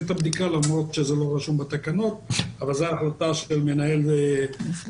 את הבדיקה למרות שזה לא רשום בתקנות אבל זאת החלטה של מנהל נתב"ג,